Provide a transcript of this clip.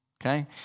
Okay